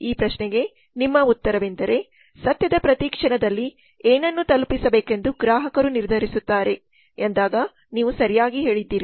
ಈ ಪ್ರಶ್ನೆಗೆ ನಿಮ್ಮ ಉತ್ತರವೆಂದರೆ ಸತ್ಯದ ಪ್ರತಿ ಕ್ಷಣದಲ್ಲಿ ಏನನ್ನು ತಲುಪಿಸಬೇಕೆಂದು ಗ್ರಾಹಕರು ನಿರ್ಧರಿಸುತ್ತಾರೆ ಎಂದಾಗ ನೀವು ಸರಿಯಾಗಿ ಹೇಳಿದ್ದೀರಿ